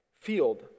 field